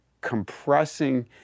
compressing